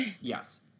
Yes